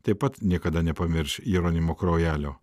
taip pat niekada nepamirš jeronimo kraujelio